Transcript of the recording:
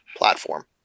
platform